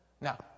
Now